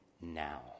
now